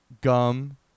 gum